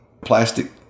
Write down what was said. plastic